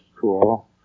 Cool